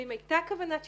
ואם הייתה כוונת שיתוף,